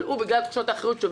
בגלל תחושת האחריות שלו,